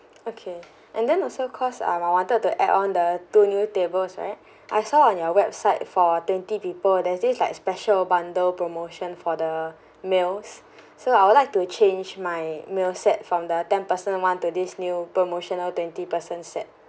okay and then also cause um I wanted to add on the two new tables right I saw on your website for twenty people there's this like special bundle promotion for the meals so I would like to change my meal set from the ten person one to this new promotional twenty person set